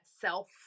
self